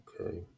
Okay